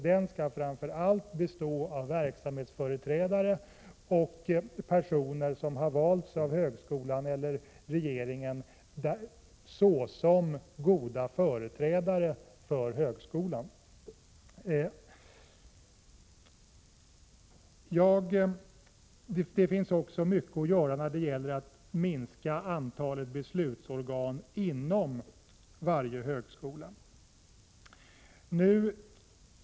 Den skall framför allt bestå av verksamhetsföreträdare och personer som har valts av högskolan eller regeringen såsom goda företrädare för högskolan. Det finns också mycket att göra när det gäller att minska antalet beslutsorgan inom varje högskola.